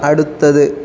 അടുത്തത്